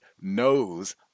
knows